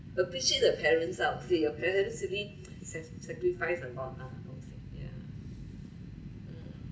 appreciate the parents lah I would say your parents really sacrifice a lot honestly yeah mm